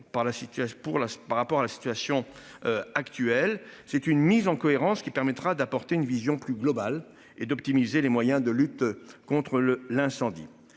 par rapport à la situation. Actuelle c'est une mise en cohérence qui permettra d'apporter une vision plus globale et d'optimiser les moyens de lutte contre le l'incendie.